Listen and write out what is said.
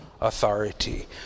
authority